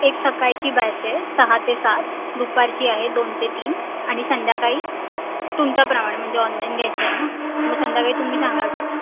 एक सकाळची बॅच आहे सहा ते सात दुपारची आहे दोन ते तीन आणि संध्याकाळी तुमच्याप्रमाणे म्हणजे ऑनलाईन घ्यायचं आहे ना मग संध्याकाळी तुम्ही सांगाल तेव्हा